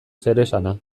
zeresana